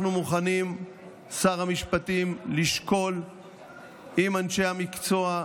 אנחנו מוכנים, שר המשפטים, לשקול עם אנשי המקצוע,